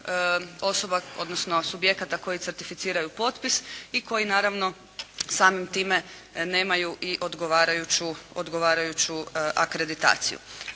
osoba, odnosno subjekata koji certificiraju potpis i koji naravno samim time nemaju i odgovarajuću akreditaciju.